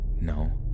no